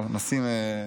טוב, נשים סימניה.